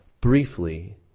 briefly